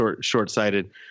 short-sighted